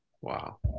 Wow